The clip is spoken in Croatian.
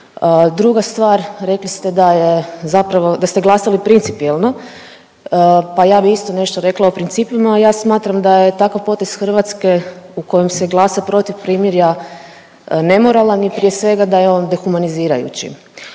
Druga stvar, rekli ste da je zapravo, da ste glasali principijelno. Pa ja bi isto nešto rekla o principima. Ja smatram da je takav potez Hrvatske u kojem se glasa protiv primirja nemoralan i prije svega da je on dehumanizirajući.